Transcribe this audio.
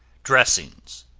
dressings,